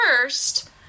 first